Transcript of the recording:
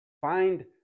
Find